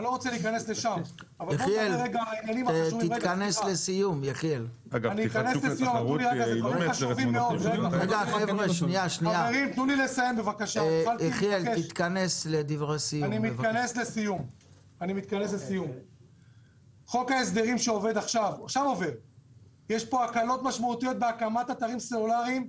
יש פה הקלות משמעותיות בהקמת אתרים סלולריים.